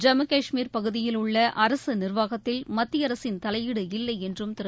ஜம்மு காஷ்மீர் பகுதியில் உள்ள அரசு நிர்வாகத்தில் மத்திய அரசின் தலையீடு இல்லை என்றும் திரு